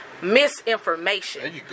misinformation